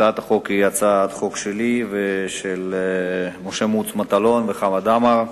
הצעת החוק היא הצעת חוק שלי ושל חברי הכנסת משה מוץ מטלון וחמד עמאר.